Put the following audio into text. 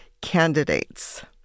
Candidates